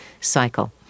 cycle